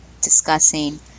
discussing